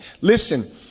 Listen